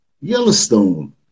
Yellowstone